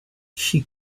she